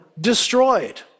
destroyed